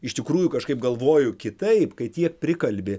iš tikrųjų kažkaip galvoju kitaip kai tiek prikalbi